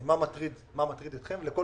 מה מטריד אתכם, לכל